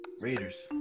Raiders